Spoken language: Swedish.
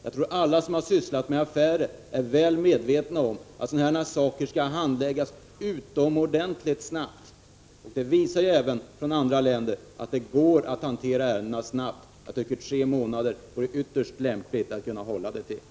Jag tror att alla som sysslat med affärer är väl medvetna om att sådana här ärenden skall handläggas utomordentligt snabbt. Exempel från andra länder visar att det går att handlägga ärendena snabbt. En tid av tre månader är = Prot. 1985/86:44 ytterst lämplig.